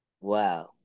Wow